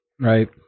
right